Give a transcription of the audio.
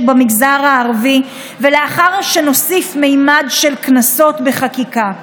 במגזר הערבי ולאחר שנוסיף ממד של קנסות בחקיקה.